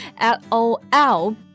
LOL